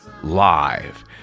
live